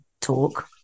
talk